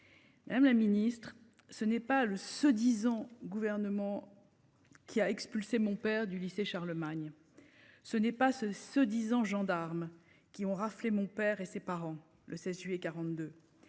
Madame la Ministre, ce n'est pas le se disant ans gouvernement. Qui a expulsé mon père du lycée Charlemagne. Ce n'est pas se, se disant gendarmes qui ont raflé mon père et ses parents le 16 juillet 42.